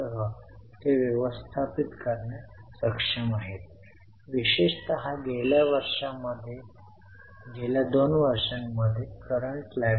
तर आता तुम्हाला सर्व तीन शीर्षके मिळाली आहेत 28300 अधिक वजा 35600 अधिक 9000